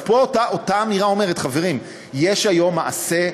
אז פה אותה אמירה אומרת: חברים, יש היום מעשה,